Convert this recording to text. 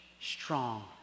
strong